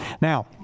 Now